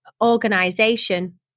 organization